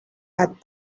had